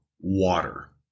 water